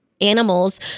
animals